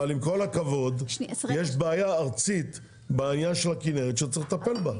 אבל עם כל הכבוד יש בעיה ארצית בעניין של הכנרת שצריך לטפל בה,